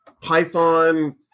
Python